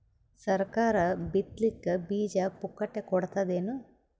ಸರಕಾರ ಬಿತ್ ಲಿಕ್ಕೆ ಬೀಜ ಪುಕ್ಕಟೆ ಕೊಡತದೇನು?